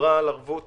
דיברה על ערבות